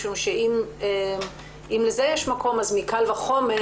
משום שאם לזה יש מקום אז מקל וחומר